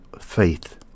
faith